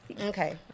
okay